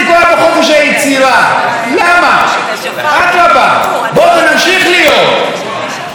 אדרבה, בואו ונמשיך להיות או בואו נקווה להיות,